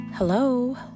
Hello